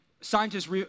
Scientists